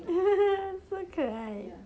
so 可爱